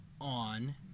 on